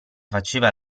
faceva